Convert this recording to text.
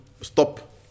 stop